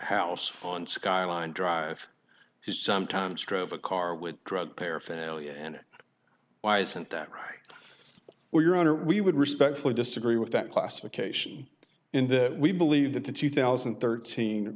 house on skyline drive he sometimes drove a car with drug paraphernalia and why isn't that right well your honor we would respectfully disagree with that classification in the we believe that the two thousand and thirteen